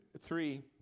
three